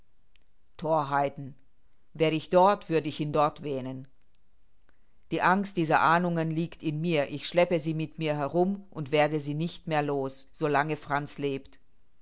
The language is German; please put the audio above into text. thorheiten wär ich dort würd ich ihn dort wähnen die angst dieser ahnungen liegt in mir ich schleppe sie mit mir herum und werde sie nicht mehr los so lange franz lebt